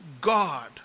god